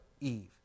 Eve